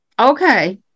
Okay